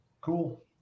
cool